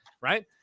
right